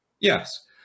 yes